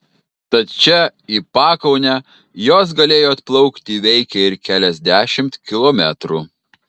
tad čia į pakaunę jos galėjo atplaukti įveikę ir keliasdešimt kilometrų